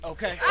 Okay